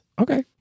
Okay